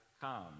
come